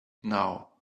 now